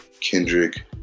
Kendrick